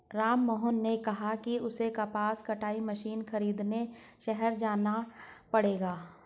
राममोहन ने कहा कि उसे कपास कटाई मशीन खरीदने शहर जाना पड़ेगा